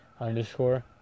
underscore